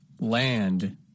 Land